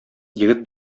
егет